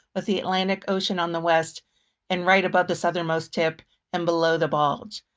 with the atlantic ocean on the west and right about the southernmost tip and below the bulge.